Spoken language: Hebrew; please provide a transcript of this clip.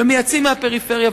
ומייצאים מהפריפריה,